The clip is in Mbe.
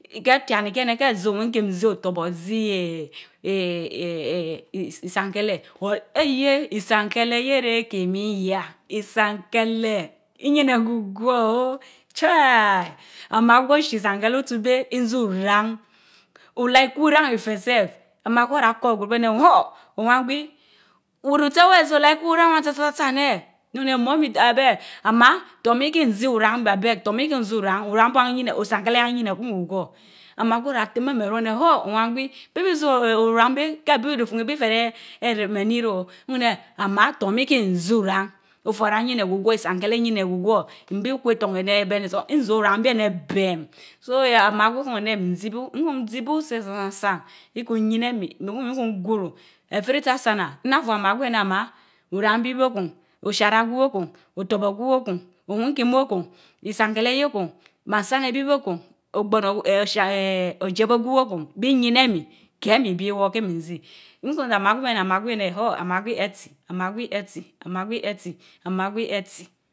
Keh tian ikii eneh keh zii owinkim, zii otorbor zii eeeh isankele eyieh! isankele keh yéh rehminyah isankeleh, iyineh gwugwor oo Chaii! amaagwi ochie isankeleh otsu beh, nzii uran olar ikwu oran ifeh sef. amaagwii ora kor egwrubeh anóh huh! Owangwi, weh rutse weh zii olar ikwu oran wan tsa tsa tsa aneh nrun aneh mummy abeg, amaa torn mi hin zii oran abeg, torn mii kii zii oran oran beh. iyieneh. Osanheleh ban oyieneh kun gwugwor. Amaa gwi orah tim emi erun eneh huh! owan gwi beh bi zi. Oran bi, keh bi fifun bi feh yeh, erim eni reh o, nneh amaa torn mi kinzii oran, ofara oyineh gwugwor, isankele iyineh gwugwor nbi kweh tornn eneh beni san, nzi oran beh eneh bemm, so eer amagwi okun ruun aneh, nzii bu, nkun zii bu sesaansan, ikun yineh mii, mii bu nkun gwuruu. afritsi asaana, nnaa fu amaagwi aneh! amaa oran bi bo kun, osharagwi woku otorbor gwi wo kun, owunkim wokun isakeleh ye kun, bansan ebi bokun, ogbono ee osha eee ojeb obi bokun bi yin emii, kemii ibii woor keh minzi nkun zeh amaagwi weh amaagwi weh eneh huh! amaagwi etsi, amaagwi etsi amaagwi etsi amaagwi etsi.